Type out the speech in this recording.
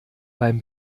beim